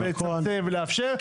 לצמצם ולאפשר,